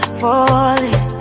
falling